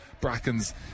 Bracken's